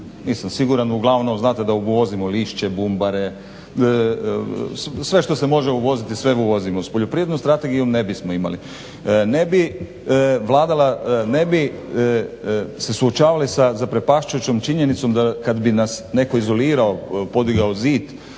Nisam siguran, uglavnom znate da uvozimo lišće, bumbare, sve što se može uvoziti, sve uvozimo. Uz poljoprivrednu strategiju ne bismo imali, ne bi se suočavali sa zaprepašćujućoj činjenicom da kad bi nas netko izolirao, podigao zid